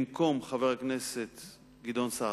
במקום חבר הכנסת גדעון סער,